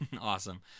Awesome